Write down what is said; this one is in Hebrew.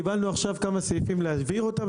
קיבלנו עכשיו כמה סעיפים להבהיר אותם,